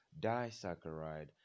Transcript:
disaccharide